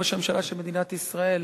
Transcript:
ראש הממשלה של מדינת ישראל.